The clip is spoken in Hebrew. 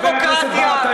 ובגין תמך בדמוקרטיה.